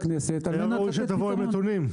הכנסת -- היה ראוי שתבוא עם נתונים,